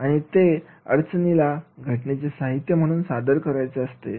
आणि ते अडचणीला घटनेचे साहित्य म्हणून सादर करायचा असतो